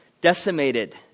decimated